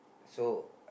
so